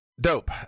Dope